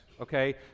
Okay